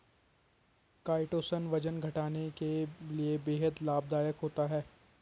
chitosan वजन घटाने के लिए बेहद लाभदायक होता है